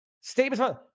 statements